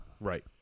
Right